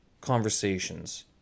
conversations